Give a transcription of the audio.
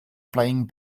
playing